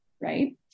right